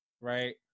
right